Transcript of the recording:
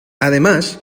además